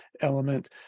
element